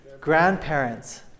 Grandparents